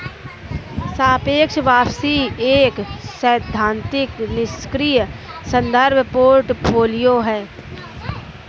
सापेक्ष वापसी एक सैद्धांतिक निष्क्रिय संदर्भ पोर्टफोलियो है